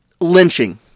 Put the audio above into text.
lynching